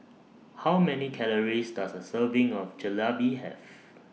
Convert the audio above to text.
How Many Calories Does A Serving of Jalebi Have